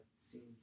seemed